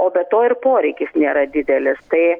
o be to ir poreikis nėra didelis tai